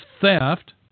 theft